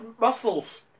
muscles